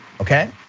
okay